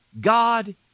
god